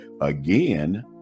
Again